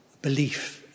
belief